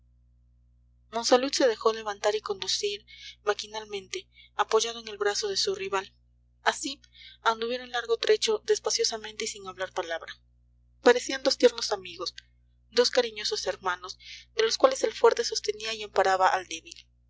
monsalud se dejó levantar y conducir maquinalmente apoyado en el brazo de su rival así anduvieron largo trecho despaciosamente y sin hablar palabra parecían dos tiernos amigos dos cariñosos hermanos de los cuales el fuerte sostenía y amparaba al débil